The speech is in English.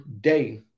day